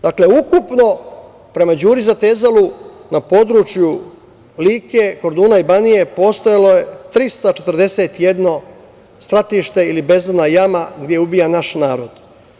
Dakle, ukupno prema Đuri Zatezalu na području Like, Korduna i Banije postojalo je 341 stratište ili bezdana jama gde je ubijan naš narod.